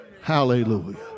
Hallelujah